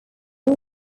are